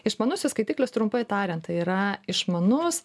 išmanusis skaitiklis trumpai tariant tai yra išmanus